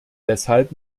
deshalb